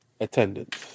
attendance